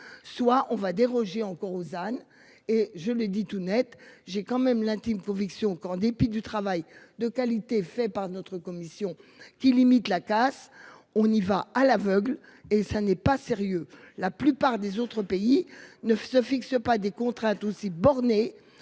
soit on va déroger encore Uzan et je le dis tout Net, j'ai quand même l'intime conviction qu'en dépit du travail de qualité, fait par notre commission qui limite la casse. On y va à l'aveugle et ça n'est pas sérieux. La plupart des autres pays ne se fixe pas des contraintes aussi borné